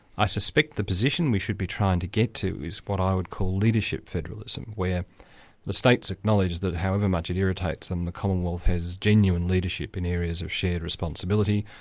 i suspect the position we should be trying to get to is what i would call leadership federalism, where the states acknowledge that however much it irritates them, the commonwealth has genuine leadership in areas of shared responsibility,